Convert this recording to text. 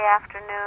afternoon